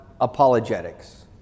apologetics